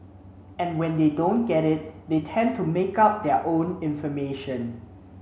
and when they don't get it they tend to make up their own information